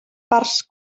parts